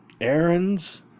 Errands